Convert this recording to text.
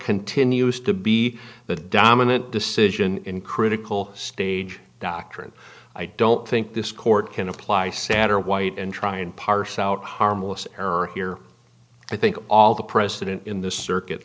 continues to be the dominant decision in critical stage doctrine i don't think this court can apply satterwhite and try and parse out harmless error here i think all the precedent in this circuit